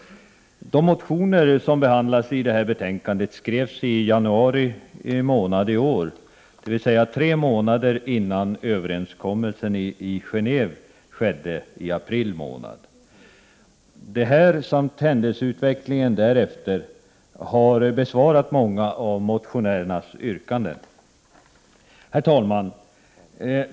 De motioner som behandlas i detta betänkande skrevs i januari i år, dvs. tre månader innan överenskommelsen i Gen&ve kom till stånd i april månad. Detta samt händelseutveclingen därefter har besvarat många av motionärernas yrkanden. Herr talman!